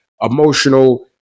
emotional